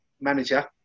manager